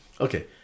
Okay